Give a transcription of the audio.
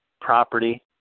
property